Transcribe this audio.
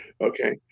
Okay